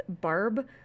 Barb